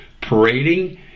parading